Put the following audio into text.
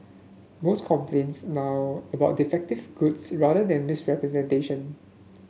most complaints now about defective goods rather than misrepresentation